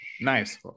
nice